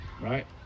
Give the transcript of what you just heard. right